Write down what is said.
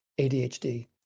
ADHD